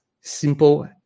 simple